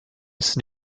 ist